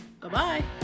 Bye-bye